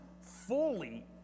fully